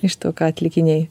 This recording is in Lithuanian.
iš to ką atlikinėji